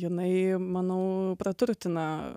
jinai manau praturtina